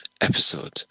episode